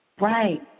Right